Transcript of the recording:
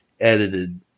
edited